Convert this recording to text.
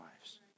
lives